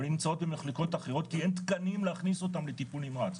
הן נמצאות במחלקות אחרות כי אין תקנים להכניס אותן לטיפול נמרץ,